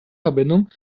verbindung